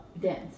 dance